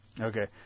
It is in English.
Okay